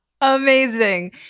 Amazing